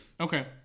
Okay